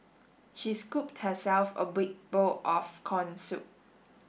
she scooped herself a big bowl of corn soup